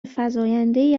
فزایندهای